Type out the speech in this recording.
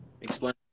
Explain